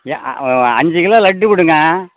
அஞ்சு கிலோ லட்டு கொடுங்க